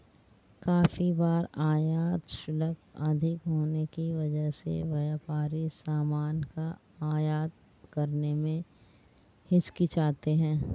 काफी बार आयात शुल्क अधिक होने की वजह से व्यापारी सामान का आयात करने में हिचकिचाते हैं